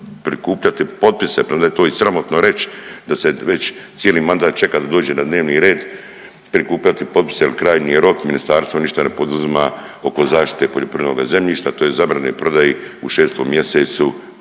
prikupljati potpise premda je to i sramotno reć da se već cijeli mandat čeka da dođe na dnevni red, prikupljati potpise jel krajnji je rok, ministarstvo ništa ne poduzima oko zaštite poljoprivrednoga zemljišta tj. zabrane i prodaje u 6. mjesecu